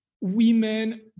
women